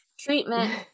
treatment